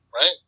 right